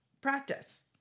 practice